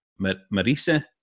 Marisa